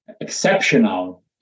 exceptional